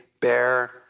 bear